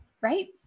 right